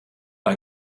bei